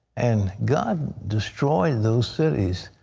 and god destroyed those cities.